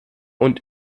und